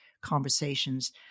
conversations